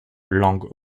langue